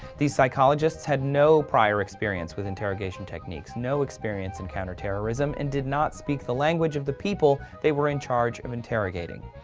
these psychologists had no prior experience with interrogation techniques, no expertise in counterterrorism, and did not speak the language of the people they were in charge of interrogating.